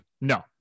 No